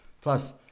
Plus